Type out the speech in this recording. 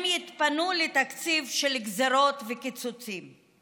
הם יתפנו לתקציב של גזרות וקיצוצים.